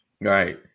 Right